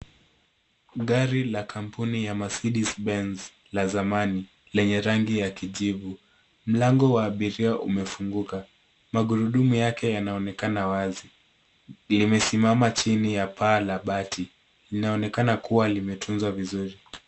Gari la kampuni ya Mercedes Benz la zamani, lenye rangi ya kijivu. Mlango wa abiria umefunguka. Magurudumu yake yanaonekana wazi. Limesimama chini ya paa la bati. Linaonekana kua limetunzwa vizuri.